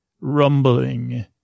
rumbling